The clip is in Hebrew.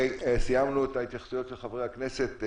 סיימנו את ההתייחסויות של חברי הכנסת.